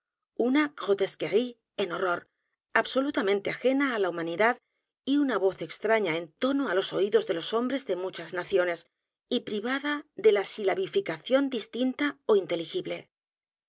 una grotesquerie e n horror absolutamente ajena a l a humanidad y una voz extraña en tono á los oídos de los hombres de muchas naciones y privada de silabificaeión distinta ó inteligible